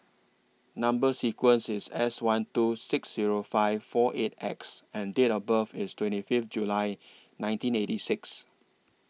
Number sequence IS S one two six Zero five four eight X and Date of birth IS twenty Fifth July nineteen eighty six